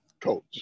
Coach